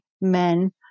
men